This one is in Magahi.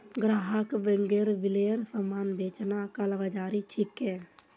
ग्राहकक बेगैर बिलेर सामान बेचना कालाबाज़ारी छिके